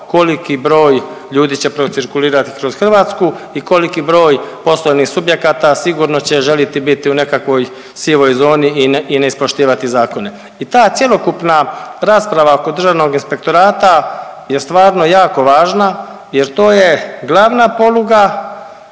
koliko broj ljudi će procirkulirati kroz Hrvatsku i koliki broj poslovnih subjekata sigurno će želiti biti u nekakvoj sivoj zoni i neispoštivati zakone. I ta cjelokupna rasprava oko Državnog inspektorata je stvarno jako važna jer to je glavna poluga